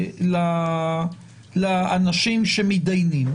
לאנשים שמתדיינים.